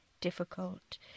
difficult